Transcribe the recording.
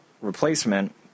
replacement